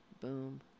boom